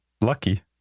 lucky